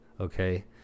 okay